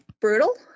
brutal